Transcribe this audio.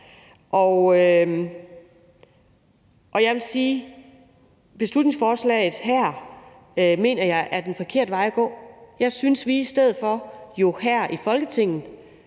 Og jeg vil sige, at beslutningsforslaget her mener jeg er en forkert vej at gå. Jeg synes, at vi i stedet for her i Folketinget